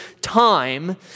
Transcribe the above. time